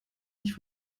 nicht